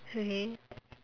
okay